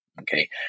Okay